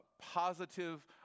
positive